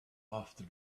after